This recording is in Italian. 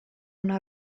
una